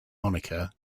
moniker